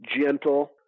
gentle